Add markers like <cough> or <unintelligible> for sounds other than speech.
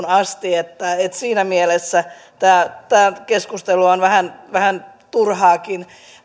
<unintelligible> asti että siinä mielessä tämä tämä keskustelu on vähän vähän turhaakin